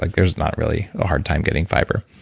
like there's not really a hard time getting fiber